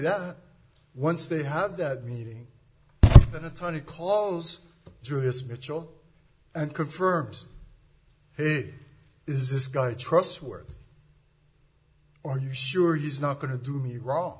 that once they have that meeting that attorney calls julius mitchell and confirms hey is this guy trustworthy or are you sure he's not going to do me wrong